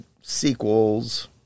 sequels